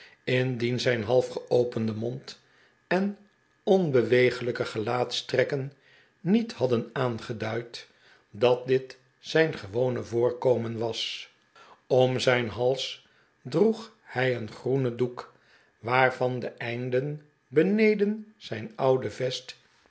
indien zijn halfgeopende mond en onbeweeglijke gelaatstrekken niet hadden aangeduid dat dit zijn gewone voorkomen was om zijn hals droeg hij een groenen doek waarvan de einden beneden zijn oude vest